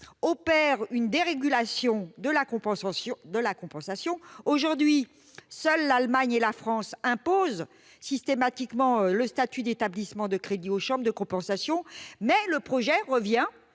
opère une dérégulation de la compensation. Aujourd'hui, seules l'Allemagne et la France imposent systématiquement le statut d'établissement de crédit aux chambres de compensation, mais le projet de